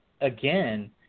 again